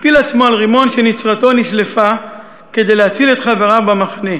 הטיל עצמו על רימון שנצרתו נשלפה כדי להציל את חבריו במחנה.